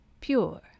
pure